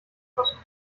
fassen